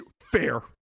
fair